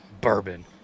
Bourbon